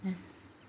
um